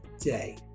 day